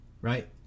right